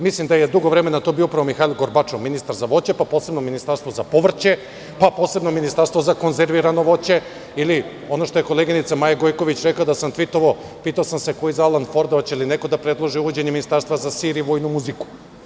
Mislim da je dugo vremena Mihail Gorbačov bio ministar za voće, pa posebno ministarstvo za povrće, pa posebno ministarstvo za konzervirano voće ili ono što je koleginica Maja Gojković rekla da sam tvitovao, pitao sam se – ko iz Alan Forda, hoće li neko da predloži uvođenje ministarstva za sir i vojnu muziku?